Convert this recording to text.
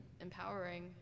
empowering